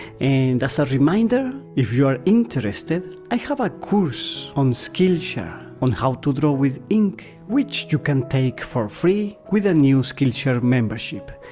and as a ah reminder if you are interested, i have a course on skillshare on how to draw with ink which you can take for free with a new skillshare membership.